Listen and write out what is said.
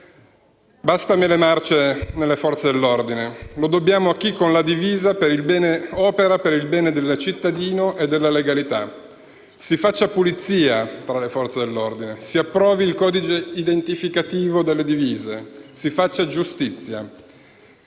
alle "mele marce" nelle Forze dell'ordine: lo dobbiamo a chi, con la divisa, opera per il bene del cittadino e della legalità. Si faccia pulizia tra le Forze dell'ordine, si approvi il codice identificativo delle divise e si faccia giustizia.